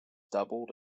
doubled